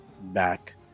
back